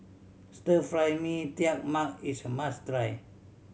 Stir Fry Mee Tai Mak is a must try